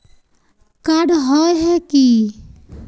Card होय है की?